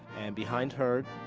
and behind her,